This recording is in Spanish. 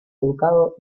educados